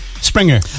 Springer